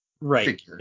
right